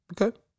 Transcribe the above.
Okay